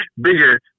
bigger